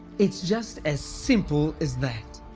it's just as simple as that.